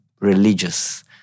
religious